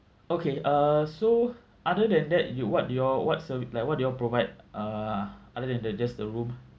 okay uh so other than that you what you all what serv~ like what do you all provide uh other than the just the room